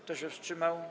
Kto się wstrzymał?